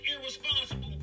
irresponsible